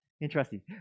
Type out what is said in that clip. Interesting